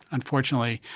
unfortunately,